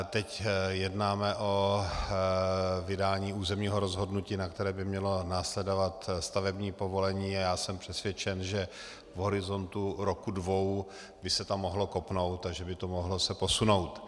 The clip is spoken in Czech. Teď jednáme o vydání územního rozhodnutí, na které by mělo následovat stavební povolení, a já jsem přesvědčen, že v horizontu roku dvou by se tam mohlo kopnout a že by se to mohlo posunout.